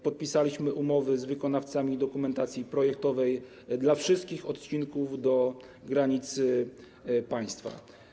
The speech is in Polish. Podpisaliśmy umowy z wykonawcami dokumentacji projektowej dla wszystkich odcinków do granicy państwa.